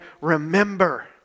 remember